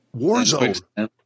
Warzone